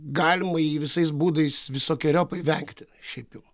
galima jį visais būdais visokeriopai vengti šiaip jau